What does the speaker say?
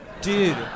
Dude